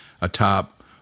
atop